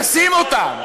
רשות החברות, תשים אותם.